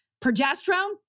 Progesterone